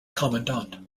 commandant